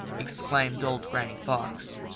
exclaimed old granny fox,